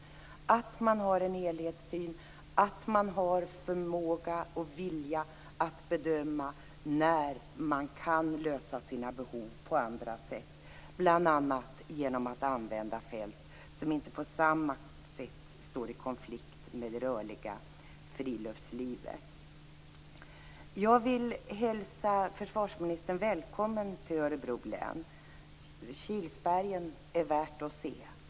Försvarsmakten måste ha en helhetssyn och en förmåga och vilja att bedöma när den kan fylla sina behov på andra sätt, bl.a. genom att använda fält som inte på samma sätt står i konflikt med det rörliga friluftslivet. Jag vill hälsa försvarsministern välkommen till Örebro län. Kilsbergen är värda att ses!